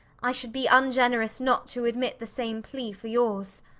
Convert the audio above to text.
i should be ungenerous not to admit the same plea for yours.